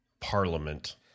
Parliament